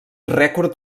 rècord